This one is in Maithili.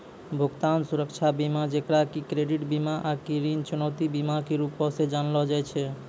भुगतान सुरक्षा बीमा जेकरा कि क्रेडिट बीमा आकि ऋण चुकौती बीमा के रूपो से जानलो जाय छै